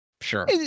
sure